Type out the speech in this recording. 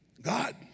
God